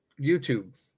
YouTube